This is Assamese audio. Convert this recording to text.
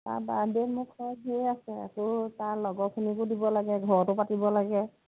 তাৰ বাৰ্থডে দিয়ে আছে আকৌ তাৰ লগৰখিনিকো দিব লাগে ঘৰতো পাতিব লাগে